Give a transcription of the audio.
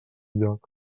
lloc